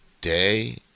day